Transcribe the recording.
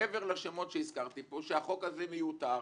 שמעבר לשמות שהזכרתי פה, שהחוק הזה מיותר.